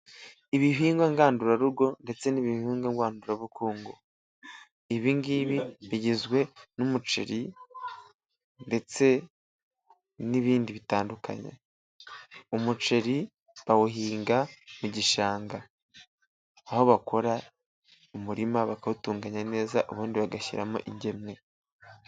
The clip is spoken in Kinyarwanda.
Ibihingwa ngandurarugo ndetse n'ibihingwa ngandurabukungu. Ibi ngibi bigizwe n'umuceri ndetse n'ibindi bitandukanye. Umuceri bawuhinga mu gishanga. Aho bakora umurima bakawutunganya neza, ubundi bagashyiramo ingemwe.